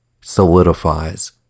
solidifies